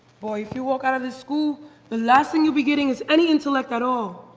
boy, if you walk out of this school, the last thing you'll be getting is any intellect at all.